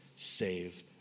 save